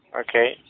Okay